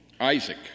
Isaac